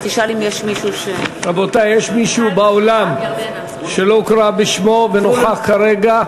יש מישהו באולם שלא הוקרא שמו ונוכח כרגע?